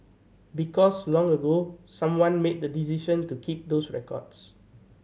because long ago someone made the decision to keep these records